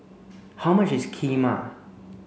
how much is Kheema